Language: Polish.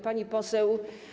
Pani Poseł!